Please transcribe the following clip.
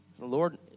Lord